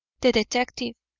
the detective!